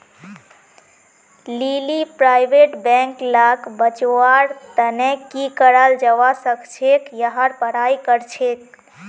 लीली private bank लाक बचव्वार तने की कराल जाबा सखछेक यहार पढ़ाई करछेक